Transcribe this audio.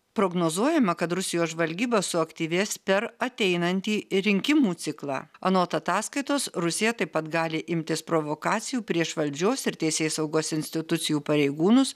prognozuojama kad rusijos žvalgyba suaktyvės per ateinantį rinkimų ciklą anot ataskaitos rusija taip pat gali imtis provokacijų prieš valdžios ir teisėsaugos institucijų pareigūnus